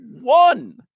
one